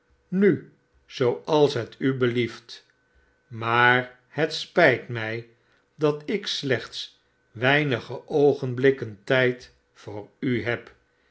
nu zooals het u belieft maar het spijt mij dat ik slechts weinige oogenblikken tijd voor u heb